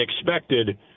expected